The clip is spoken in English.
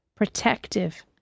protective